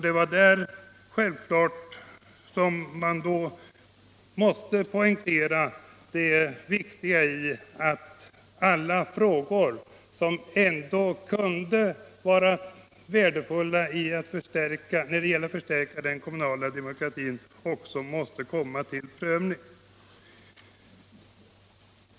Det var självklart att man då måste poängtera vikten av att alla frågor som ändå kan vara värdefulla när det gäller att förstärka den kommunala demokratin också kommer under prövning.